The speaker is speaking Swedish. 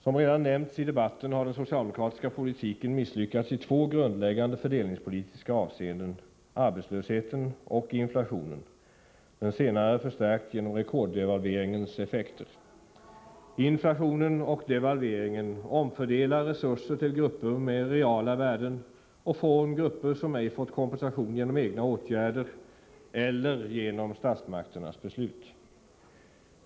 Som redan nämnts i debatten har den socialdemokratiska politiken misslyckats i två grundläggande fördelningspolitiska avseenden: arbetslöshe ten och inflationen — den senare förstärkt genom rekorddevalveringens effekter. Inflationen och devalveringen omfördelar resurser till grupper med reala värden och från grupper som ej fått kompensation genom egna åtgärder eller genom statsmakternas beslut.